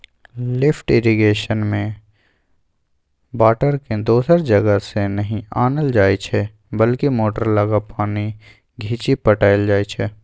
lift इरिगेशनमे बाटरकेँ दोसर जगहसँ नहि आनल जाइ छै बल्कि मोटर लगा पानि घीचि पटाएल जाइ छै